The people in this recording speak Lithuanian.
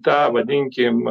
tą vadinkim